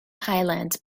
highlands